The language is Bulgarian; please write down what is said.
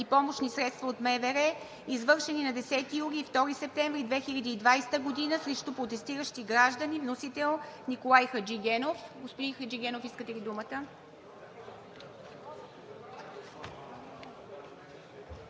и помощни средства от МВР, извършени на 10 юли и 2 септември 2020 г. срещу протестиращи граждани. Вносител – Николай Хаджигенов. Господин Хаджигенов, искате ли думата?